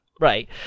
Right